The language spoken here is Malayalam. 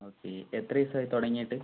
ഓക്കെ എത്രി ദിവസമായി തുടങ്ങിയിട്ട്